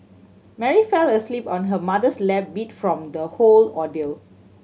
Mary fell asleep on her mother's lap beat from the whole ordeal